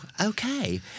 okay